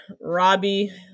robbie